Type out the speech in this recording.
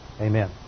amen